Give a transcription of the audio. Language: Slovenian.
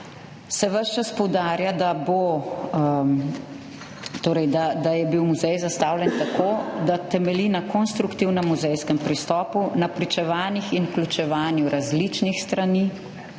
se ves čas poudarja, da je bil muzej zastavljen tako, da temelji na konstruktivnem muzejskem pristopu, na pričevanjih in vključevanju različnih strani.